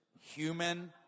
human